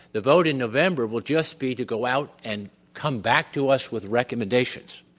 the vote in november will just be to go out and come back to us with recommendations.